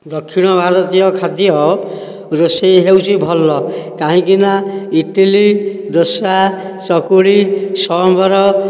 ଦକ୍ଷିଣ ଭାରତୀୟ ଖାଦ୍ୟ ରୋଷେଇ ହେଉଛି ଭଲ କାହିଁକି ନା ଇଟିଲି ଦୋଷା ଚକୁଳି ସମ୍ବର